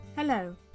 Hello